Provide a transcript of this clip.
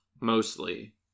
Mostly